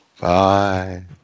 Bye